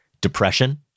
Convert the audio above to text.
depression